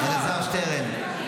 אלעזר שטרן,